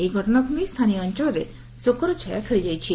ଏହି ଘଟଣାକ୍ ନେଇ ସ୍ତାନୀୟ ଅଞ୍ଚଳରେ ଶୋକର ଛାୟା ଖେଳିଯାଇଛି